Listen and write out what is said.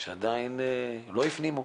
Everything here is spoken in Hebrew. שעדיין לא הפנימו,